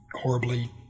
horribly